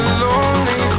lonely